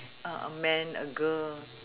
ah a man a girl uh